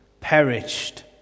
perished